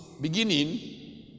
beginning